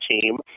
team